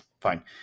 Fine